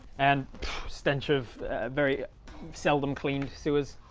and stench of very seldom cleaned sewers